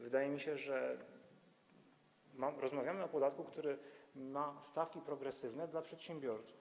Wydaje mi się, że rozmawiamy o podatku, który ma stawki progresywne dla przedsiębiorców.